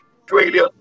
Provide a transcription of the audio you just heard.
Australia